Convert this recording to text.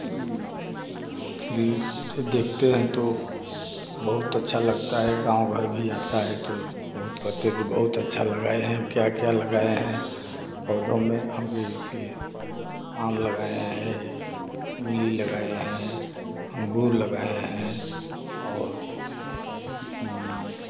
खिलते देखते हैं तो बहुत अच्छा लगता है गाँव घर भी आता है तो बहुत कहते हैं कि बहुत अच्छा लगाएँ हैं क्या क्या लगाएँ हैं पौधों में हम जैसे की आम लगाएँ हैं इमली लगाएँ हैं अंगूर लगाएँ हैं और उसमें